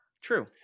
True